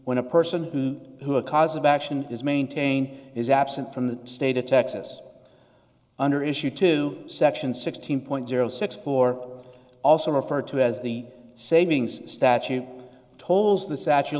when a person who a cause of action is maintain is absent from the state of texas under issue two section sixteen point zero six four also referred to as the savings statute tolls the statue of